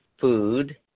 food